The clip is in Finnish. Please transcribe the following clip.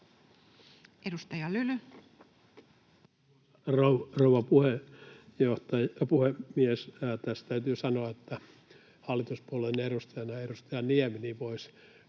Edustaja Lyly. Rouva puhemies! Tässä täytyy sanoa, että hallituspuolueen edustajana edustaja Niemi voisi